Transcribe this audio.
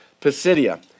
Pisidia